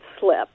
slip